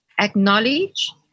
Acknowledge